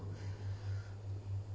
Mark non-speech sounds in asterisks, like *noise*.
*breath*